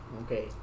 Okay